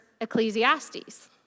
Ecclesiastes